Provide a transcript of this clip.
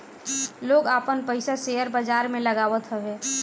लोग आपन पईसा शेयर बाजार में लगावत हवे